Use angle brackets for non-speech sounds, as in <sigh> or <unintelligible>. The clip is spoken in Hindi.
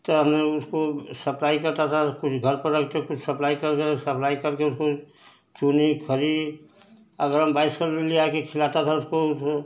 तो मैं उसको सप्लाई करता था कुछ घर पर रखते कुछ सप्लाई कर कर सप्लाई करके उसको चूनी खरी <unintelligible> भी ला कर खिलाता था उसको